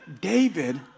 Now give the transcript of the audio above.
David